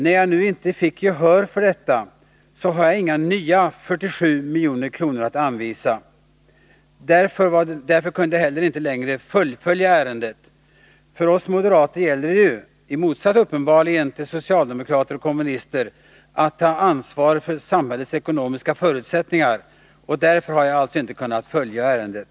När jag inte fick gehör för detta och inte har några nya 47 miljoner att anvisa kunde jag inte heller längre fullfölja ärendet. För oss moderater gäller, uppenbarligen i motsats till socialdemokrater och kommunister, att ta ansvar för samhällsekonomins förutsättningar. Därför har jag alltså inte kunnat fullfölja ärendet.